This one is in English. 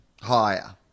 Higher